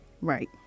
Right